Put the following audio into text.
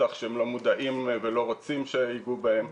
בטח כשהם לא מודעים ולא רוצים שייגעו בהם.